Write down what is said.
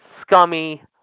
scummy